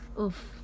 Oof